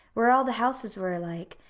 where all the houses were alike,